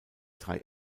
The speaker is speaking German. drei